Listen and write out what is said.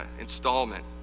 installment